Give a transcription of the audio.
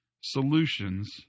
solutions